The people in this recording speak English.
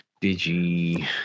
Digi